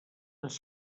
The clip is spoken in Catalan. ens